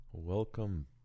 Welcome